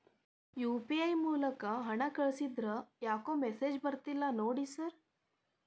UPI ಮೂಲಕ ಹಣ ಕಳಿಸಿದ್ರ ಯಾಕೋ ಮೆಸೇಜ್ ಬರ್ತಿಲ್ಲ ನೋಡಿ ಸರ್?